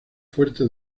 fuerte